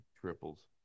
Triples